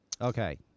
Okay